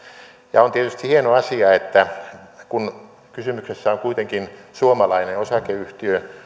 ja on tietysti hieno asia että kun kysymyksessä on kuitenkin suomalainen osakeyhtiö